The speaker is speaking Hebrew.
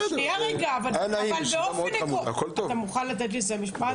אתה מוכן לתת לי לסיים משפט?